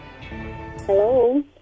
Hello